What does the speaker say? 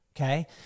Okay